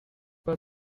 pas